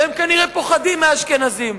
והם כנראה פוחדים מהאשכנזים,